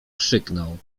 krzyknął